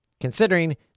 considering